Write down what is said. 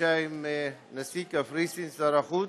מפגישה עם נשיא קפריסין, שר החוץ,